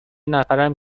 نفرم